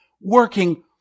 working